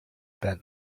bent